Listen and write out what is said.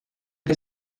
que